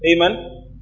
Amen